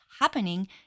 happening